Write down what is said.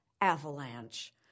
avalanche